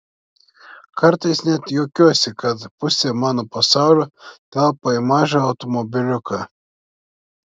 kartais net juokiuosi kad pusė mano pasaulio telpa į mažą automobiliuką